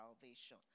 salvation